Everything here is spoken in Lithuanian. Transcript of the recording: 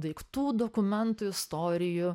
daiktų dokumentų istorijų